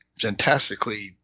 fantastically